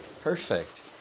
Perfect